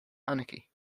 anarchy